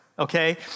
Okay